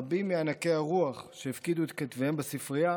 רבים מענקי הרוח שהפקידו את כתביהם בספרייה